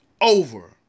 Over